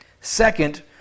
Second